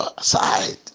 side